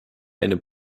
eine